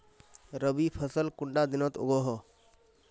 रवि फसल कुंडा दिनोत उगैहे?